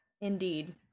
Indeed